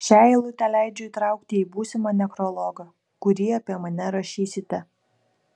šią eilutę leidžiu įtraukti į būsimą nekrologą kurį apie mane rašysite